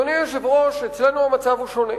אדוני היושב-ראש, אצלנו המצב הוא שונה.